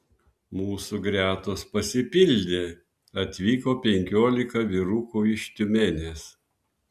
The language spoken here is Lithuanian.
mūsų gretos pasipildė atvyko penkiolika vyrukų iš tiumenės